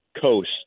coast